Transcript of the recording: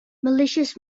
malicious